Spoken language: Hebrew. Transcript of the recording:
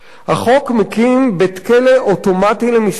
החוק מקים בית-כלא אוטומטי למסתננים.